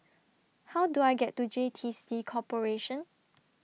How Do I get to J T C Corporation